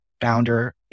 founder